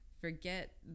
Forget